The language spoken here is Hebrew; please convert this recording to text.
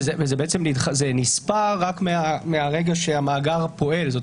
יש מגבלה רק להוראות שכבר פורסמו, כי